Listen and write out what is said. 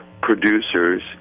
producers